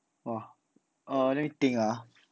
!wah! eh let me think ah